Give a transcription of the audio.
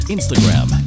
Instagram